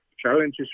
Challenges